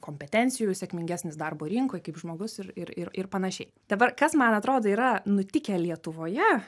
kompetencijų sėkmingesnis darbo rinkoj kaip žmogus ir ir ir ir panašiai dabar kas man atrodo yra nutikę lietuvoje